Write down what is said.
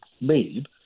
made